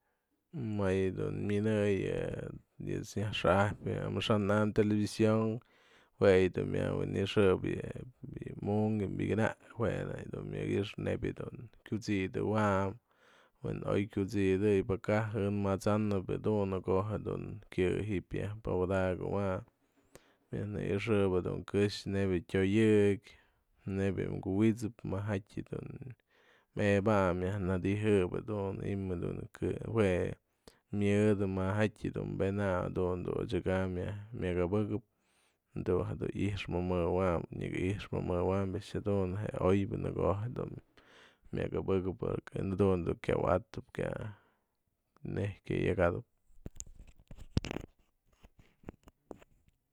Më yë dun myanëy yë ëjt's nyajxa'ajpyë amax'an amyë television jue yë dun myaj wi'ini'ixëp yë munkë yë piganak jue da yë dun myak i'ixëp neyb kyut'sidawany we'en oy kyut'sidëy pëka'a jën ma'asanëp jë dun në ko'o je dun kyë ji'ip yëj papadakëwany mjyan nëyxëp jedun këxë nebya yë tyoyëk nebya jë kuwi'it'sëp ma'ajadyë dun mebanyë myaj nëdi'ijë ji'im jë dun jue myadë maja'aty dun bënayë du dun odyaka'am myak abë'ëkëp dun jë du i'ixmëmëwayn nyaka i'ixmëmëwaym a'ax jedun jë oybä në ko'o jedun myak abë'ëkëp porque jadun dun kya wa'adap kya nei'ijë kya yëk jadëp.